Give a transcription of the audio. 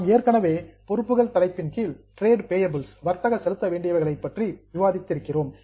நாம் ஏற்கனவே பொறுப்புகள் தலைப்பின் கீழ் டிரேட் பேயபில்ஸ் வர்த்தக செலுத்தவேண்டியவைகள் பற்றி விவாதித்திருக்கிறோம்